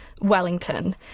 Wellington